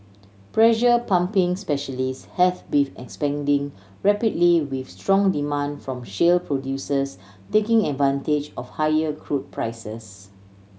pressure pumping specialist has beef expanding rapidly with strong demand from shale producers taking advantage of higher crude prices